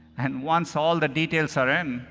and once all the details are in,